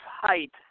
height